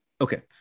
Okay